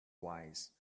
wise